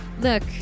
Look